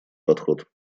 подход